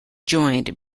joined